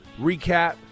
recap